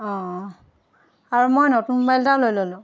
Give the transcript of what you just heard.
অঁ আৰু মই নতুন মোবাইল এটাও লৈ ল'লোঁ